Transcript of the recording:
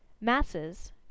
Masses